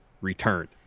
returned